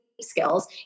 skills